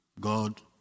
God